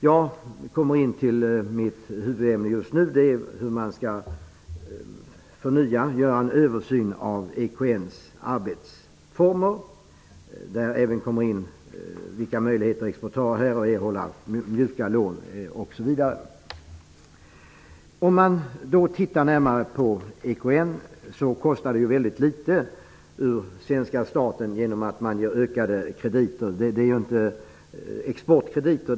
Jag kommer nu till mitt huvudämne, hur man skall göra en översyn av EKN:s arbetsformer. Där kommer även in vilka möjligheter exportörer har att erhålla mjuka lån. Om man tittar närmare på EKN finner man att det kostar svenska staten väldigt litet att ge ökade exportkreditgarantier.